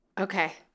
Okay